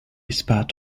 spat